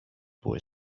boy